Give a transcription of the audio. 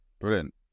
brilliant